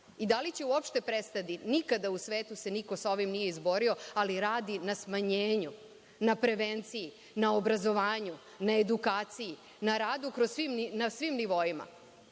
i da li će uopšte prestati? Nikada u svetu se niko nije sa ovim izborio, ali radi na smanjenju, na prevenciji, na obrazovanju, na edukaciji, na radu na svim nivoima.